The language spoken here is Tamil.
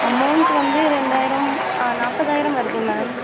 அமௌண்ட் வந்து ரெண்டாயிரம் நாற்பதாயிரம் வருது மேம்